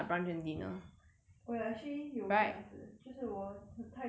oh ya actually 有这样子就是我太迟起床了 then